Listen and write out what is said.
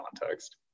context